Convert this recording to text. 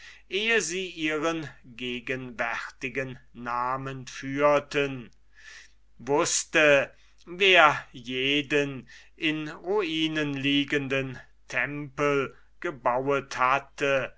ehe sie ihren gegenwärtigen namen führten wußte wer jeden in ruinen liegenden tempel gebauet hatte